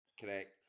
Correct